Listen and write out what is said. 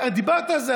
דיברת על זה,